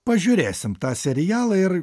pažiūrėsime tą serialą ir